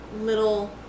little